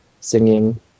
singing